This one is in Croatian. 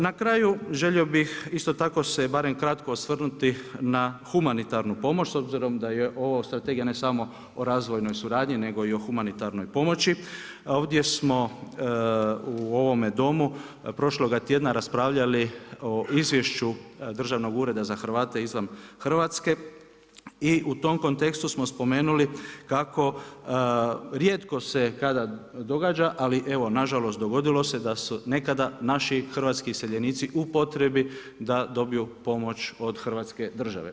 Na kraju, želio bih isto tako se barem kratko osvrnuti na humanitarnu pomoć, s obzirom da je ovo strategija ne samo o razvojnoj suradnji, nego i o humanitarnoj pomoći, ovdje smo u ovome Domu, prošloga tjedna raspravljali o izvješću Državnog ureda za Hrvate izvan Hrvatske i u tom kontekstu smo spomenuli kako rijetko se kada događa, ali evo, nažalost, dogodilo se da su nekada naši hrvatski iseljenici u potrebi da dobiju pomoć od Hrvatske države.